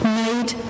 made